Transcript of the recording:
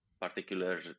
particular